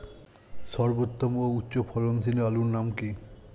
সর্বোত্তম ও উচ্চ ফলনশীল আলুর নাম কি?